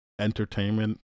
entertainment